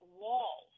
wall